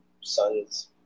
Sons